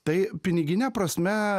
tai pinigine prasme